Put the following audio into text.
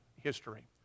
history